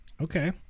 Okay